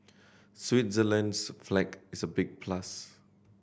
Switzerland's flag is a big plus